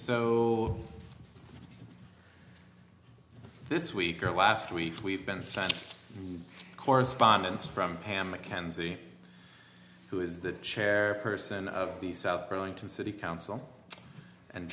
so this week or last week we've been signed correspondence from pam mackenzie who is the chair person of the south burlington city council and